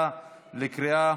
הכנתה לקריאה,